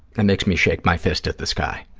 it makes me shake my fist at the sky.